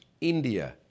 India